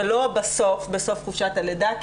ולא בסוף חופשת הלידה,